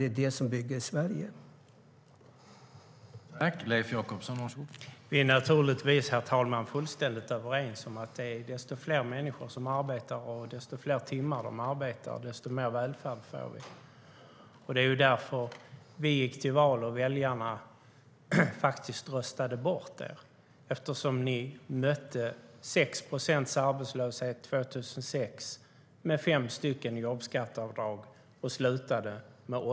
Det är det som bygger Sverige.